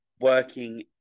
working